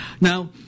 Now